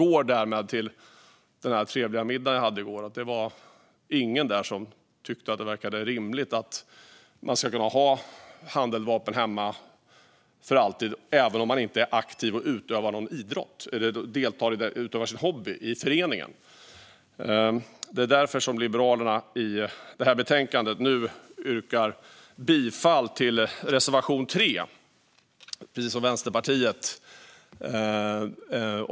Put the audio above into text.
Jag återkommer till den trevliga middagen jag hade i går. Det var ingen där som tyckte att det verkade rimligt att man kan ha handeldvapen hemma för alltid, även om man inte är aktiv och utövar en idrott eller utövar sin hobby i föreningen. Det är därför som Liberalerna yrkar bifall till reservation 3 i betänkandet, precis som Vänsterpartiet.